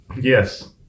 Yes